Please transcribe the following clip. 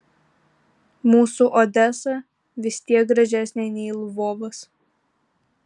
mūsų odesa vis tiek gražesnė nei lvovas